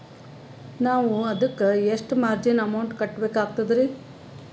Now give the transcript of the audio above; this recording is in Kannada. ನಾವು ಅದಕ್ಕ ಎಷ್ಟ ಮಾರ್ಜಿನ ಅಮೌಂಟ್ ಕಟ್ಟಬಕಾಗ್ತದ್ರಿ?